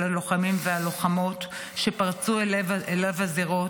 הלוחמים והלוחמות שפרצו אל לב הזירות.